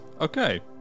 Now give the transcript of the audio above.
Okay